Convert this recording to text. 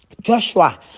Joshua